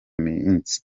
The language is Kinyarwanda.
minsi